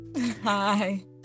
hi